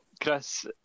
Chris